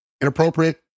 Inappropriate